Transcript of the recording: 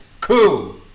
coup